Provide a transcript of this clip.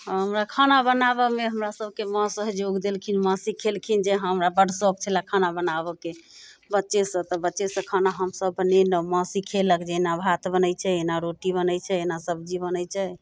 अऽ हमरा खाना बनाबऽमे हमरा सभके माँ सहयोग देलखिन माँ सिखेलखिन जे हँ हमरा बड्ड सौख छलै खाना बनाबऽके बच्चेसँ तऽ बच्चेसँ खाना हमसभ बनेनौ माँ सिखेलक जे एना भात बनै छै एना रोटी बनै छै एना सब्जी बनै छै